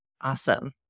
Awesome